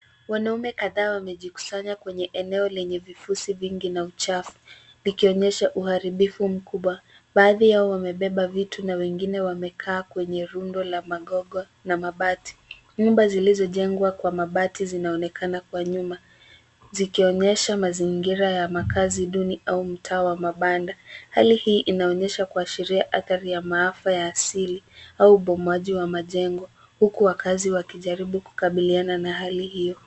Wanaume kadhaa wamejikusanya kwenye eneo lenye vifusi vingi na uchafu, likionyesha uharibifu mkubwa. Baadhi yao wamebeba vitu na wengine wamekaa kwenye rundo la magogo na mabati. Nyumba zilizojengwa kwa mabati zinaonekana kwa nyuma zikionyesha mazingira ya makaazi duni au mtaa wa mabanda. Hali hii inaonyesha kuashiria athari ya maafa ya asili au ubomoaji wa majengo huku wakaazi wakijaribu kukabiliana na hali hiyo.